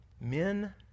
men